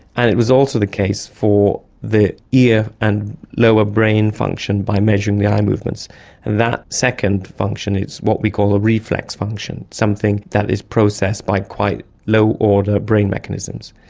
and it was also the case for the ear and lower brain function by measuring the eye movements, and that second function is what we call a reflex function, something that is processed by quite low order brain mechanisms.